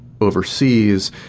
overseas